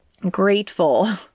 grateful